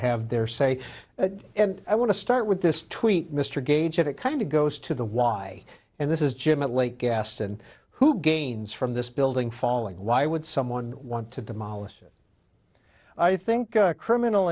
have their say and i want to start with this tweet mr gage it kind of goes to the why and this is jim and les gaston who gains from this building falling why would someone want to demolish it i think criminal